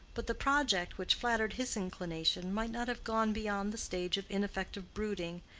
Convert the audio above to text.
but the project which flattered his inclination might not have gone beyond the stage of ineffective brooding,